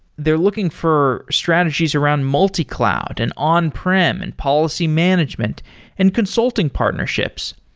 they're looking for strategies around multi-cloud and on-prem and policy management and consulting partnerships.